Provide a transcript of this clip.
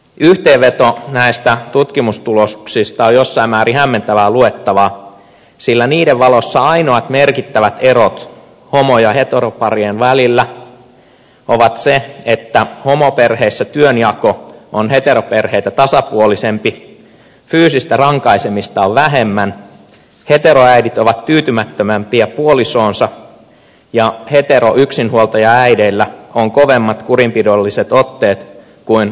yhteenveto näistä tutkimustuloksista on jossain määrin hämmentävää luettavaa sillä niiden valossa ainoat merkittävät erot homo ja heteroparien välillä ovat että homoperheissä työnjako on heteroperheitä tasapuolisempi fyysistä rankaisemista on vähemmän heteroäidit ovat tyytymättömämpiä puolisoonsa ja heteroyksinhuoltajaäideillä on kovemmat kurinpidolliset otteet kuin lesboyksinhuoltajaäideillä